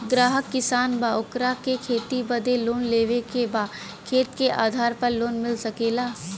ग्राहक किसान बा ओकरा के खेती बदे लोन लेवे के बा खेत के आधार पर लोन मिल सके ला?